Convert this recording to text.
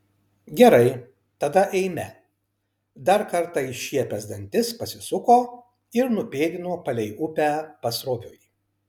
gerai tada eime dar kartą iššiepęs dantis pasisuko ir nupėdino palei upę pasroviui